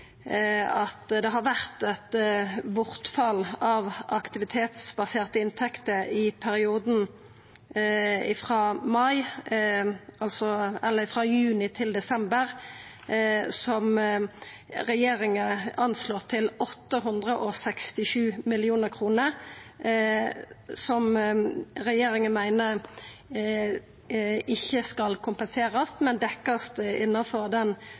at det har vore eit bortfall av aktivitetsbaserte inntekter i perioden frå juni til desember som regjeringa vurderer til 867 mill. kr, og regjeringa meiner det ikkje skal kompenserast, men skal dekkjast innanfor den